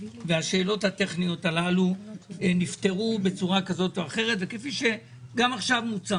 והן נפתרו בצורה כזו או אחרת כפי שגם עכשיו מוצע